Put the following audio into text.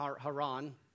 Haran